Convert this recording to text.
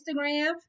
instagram